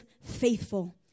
faithful